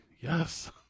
Yes